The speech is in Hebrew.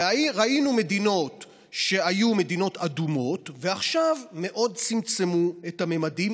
וראינו מדינות שהיו מדינות אדומות שעכשיו צמצמו מאוד את המדדים